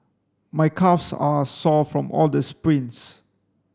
my calves are sore from all the sprints